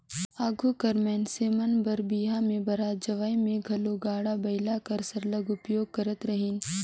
आघु कर मइनसे मन बर बिहा में बरात जवई में घलो गाड़ा बइला कर सरलग उपयोग करत रहिन